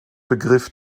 begriff